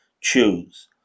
choose